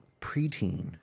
preteen